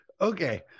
Okay